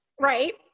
Right